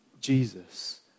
Jesus